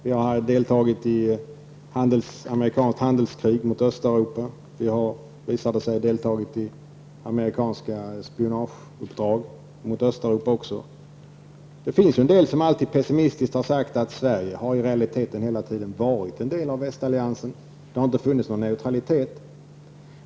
Vi har deltagit i ett amerikanskt handelskrig mot Östeuropa, och vi har -- visar det sig -- deltagit i amerikanska spionageuppdrag mot Östeuropa. Det finns de som alltid pessimistiskt har sagt att Sverige i realiteten alltid har varit en del av västalliansen; det har inte funnits någon neutralitet.